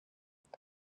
ubwo